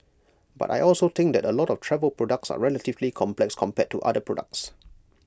but I also think that A lot of travel products are relatively complex compared to other products